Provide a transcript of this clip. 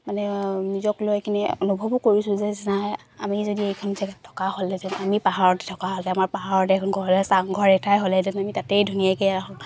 মানে নিজক লৈ কিনে অনুভৱো কৰিছো যে নাই আমি যদি এইখন জেগাত থকা হ'লেহেঁতেন আমি পাহাৰতে থকা হ'লে আমাৰ পাহাৰতে এখন ঘৰ হ'লে চাংঘৰ এটাই হ'লেহেংতেন আমি তাতেই ধুনীয়াকৈ